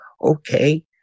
okay